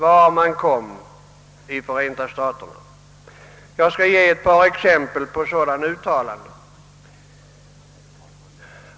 Jag skall nämna ett par exempel på uttalanden i denna riktning.